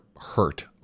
hurt